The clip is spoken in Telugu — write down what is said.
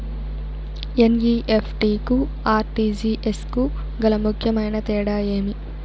ఎన్.ఇ.ఎఫ్.టి కు ఆర్.టి.జి.ఎస్ కు గల ముఖ్యమైన తేడా ఏమి?